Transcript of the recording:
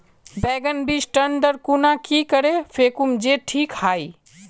बैगन बीज टन दर खुना की करे फेकुम जे टिक हाई?